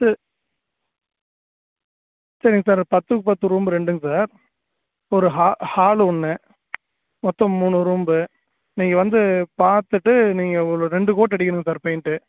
சே சரிங்க சார் பத்துக்கு பத்து ரூம் ரெண்டுங்க சார் ஒரு ஹா ஹால் ஒன்று மொத்தம் மூணு ரூம் நீங்கள் வந்து பார்த்துட்டு நீங்கள் ஒரு ரெண்டு கோட் அடிக்கணுங்க சார் பெயிண்ட்